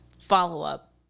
follow-up